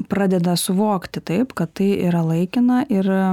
pradeda suvokti taip kad tai yra laikina ir